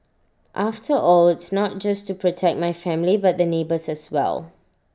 after all it's not just to protect my family but the neighbours as well